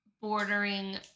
Bordering